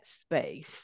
space